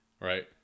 right